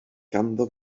ganddo